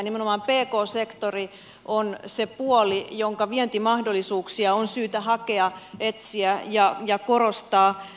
nimenomaan pk sektori on se puoli jonka vientimahdollisuuksia on syytä hakea etsiä ja korostaa